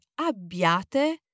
abbiate